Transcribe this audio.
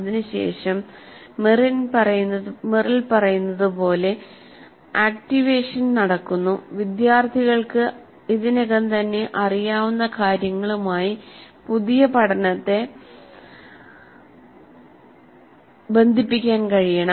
അതിനുശേഷം മെറിൽ പറയുന്നതുപോലെ ആക്റ്റിവേഷൻ നടക്കുന്നു വിദ്യാർത്ഥികൾക്ക് ഇതിനകം തന്നെ അറിയാവുന്ന കാര്യങ്ങളുമായി പുതിയ പഠനത്തെ ബന്ധിപ്പിക്കാൻ കഴിയണം